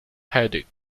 headache